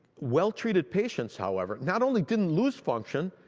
well treated patients, however, not only didn't lose function,